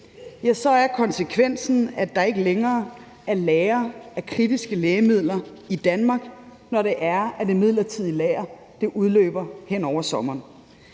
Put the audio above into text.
her, er konsekvensen, at der ikke længere er lagre af kritiske lægemidler i Danmark, når det midlertidige lager udløber hen over sommeren.